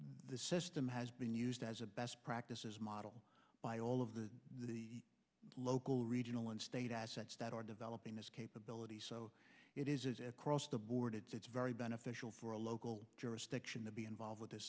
the system has been used as a best practices model by all of the local regional and state assets that are developing this capability so it is across the board it's very beneficial for a local jurisdiction to be involved with this